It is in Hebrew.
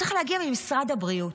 צריך להגיע ממשרד הבריאות.